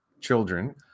children